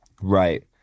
Right